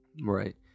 Right